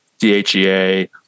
DHEA